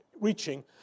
reaching